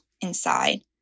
inside